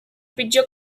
pitjor